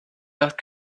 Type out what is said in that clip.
not